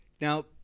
Now